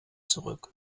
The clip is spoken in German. zurück